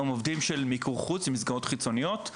הם עובדים של מיקור חוץ ממסגרות חיצוניות.